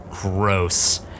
Gross